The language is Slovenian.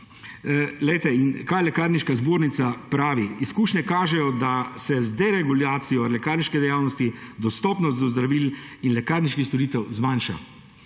Kaj Lekarniška zbornica pravi? »Izkušnje kažejo, da se z deregulacijo lekarniške dejavnosti dostopnost do zdravil in lekarniških storitev zmanjša«.